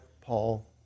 Paul